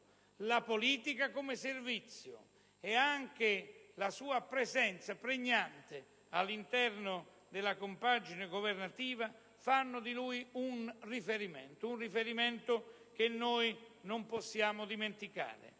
la politica come servizio e anche la sua presenza pregnante all'interno della compagine governativa fanno di lui un riferimento che non possiamo dimenticare.